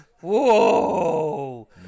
Whoa